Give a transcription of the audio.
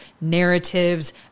narratives